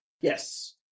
Yes